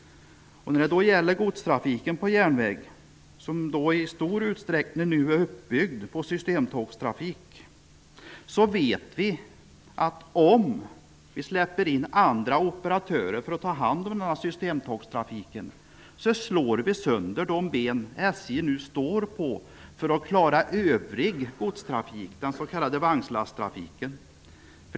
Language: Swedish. När det gäller godstrafiken på järnväg, som i stor utsträckning nu är uppbyggd på systemtågstrafik, vet vi att om vi släpper in andra operatörer för att ta hand om systemtågstrafiken förstör vi de möjligheter SJ nu har att klara övrig godstrafik, den s.k. vagnslasttrafiken.